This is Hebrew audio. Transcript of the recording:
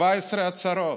14 הצהרות.